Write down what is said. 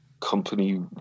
company